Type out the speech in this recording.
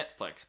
Netflix